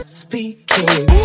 speaking